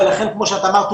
ולכן כמו שאת אמרת,